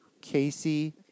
Casey